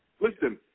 Listen